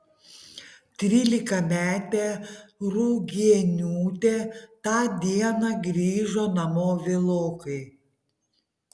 trylikametė rugieniūtė tą dieną grįžo namo vėlokai